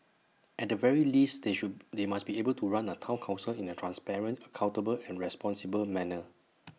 at the very least they should they must be able to run A Town Council in A transparent accountable and responsible manner